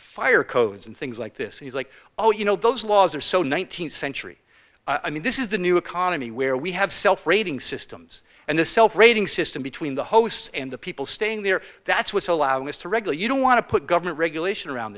fire codes and things like this he's like oh you know those laws are so nineteenth century i mean this is the new economy where we have self rating systems and the rating system between the hosts and the people staying there that's what's allowed us to regulate you don't want to put government regulation around